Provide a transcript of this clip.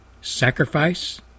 Sacrifice